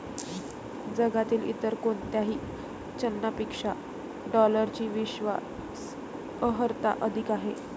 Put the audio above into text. जगातील इतर कोणत्याही चलनापेक्षा डॉलरची विश्वास अर्हता अधिक आहे